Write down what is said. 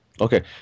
Okay